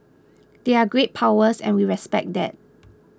they're great powers and we respect that